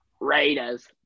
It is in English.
Raiders